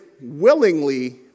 willingly